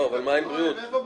אבל מה עם בריאות?